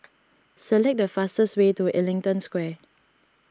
select the fastest way to Ellington Square